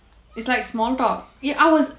it's like small talk I was